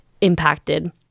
impacted